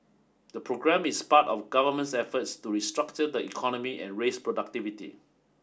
the programme is part of governments efforts to restructure the economy and raise productivity